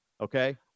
Okay